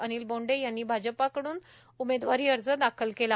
अनिल बोंडे यांनी भाजपाकडून उमेदवारी अर्ज दाखल केला